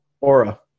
aura